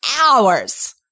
hours